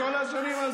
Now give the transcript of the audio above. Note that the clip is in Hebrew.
משהו פה לא